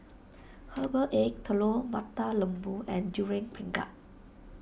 Herbal Egg Telur Mata Lembu and Durian Pengat